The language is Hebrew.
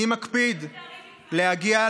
אני מקפיד להגיע,